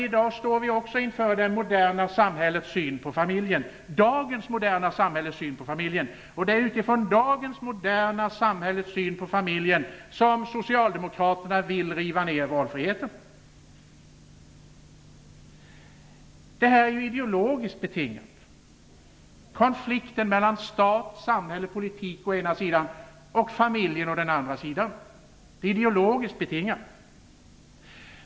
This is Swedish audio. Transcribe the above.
I dag står vi också inför det moderna samhällets syn på familjen, och det är utifrån dagens moderna samhälles syn på familjen som Konflikten mellan stat, samhälle och politik å en sidan och familjen å andra sidan är ideologiskt betingad.